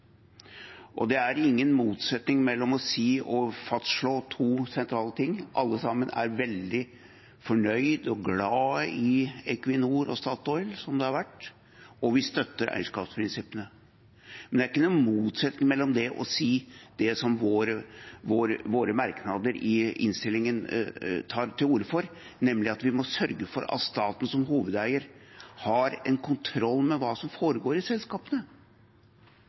Det er ingen motsetning mellom å si og fastslå to sentrale ting: Alle sammen er veldig fornøyd med og glad i Equinor, Statoil, slik det har vært, og vi støtter eierskapsprinsippene. Det er ingen motsetning mellom det og å si det som våre merknader i innstillingen tar til orde for, nemlig at vi må sørge for at staten som hovedeier har en kontroll med hva som foregår i selskapene.